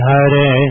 Hare